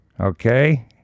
Okay